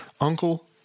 uncle